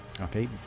Okay